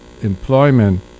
employment